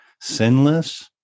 sinless